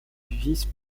vice